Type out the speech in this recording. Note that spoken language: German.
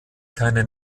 keine